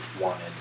wanted